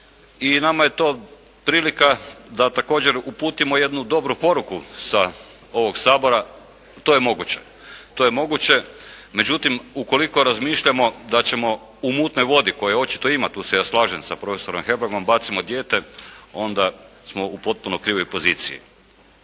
i nama je to prilika da također uputimo jednu dobru poruku sa ovog Sabora. To je moguće. Međutim ukoliko razmišljamo da ćemo u mutnoj vodi koje očito ima, tu se ja slažem s profesorom Hebrangom, bacimo dijete, onda smo u potpuno krivoj poziciji.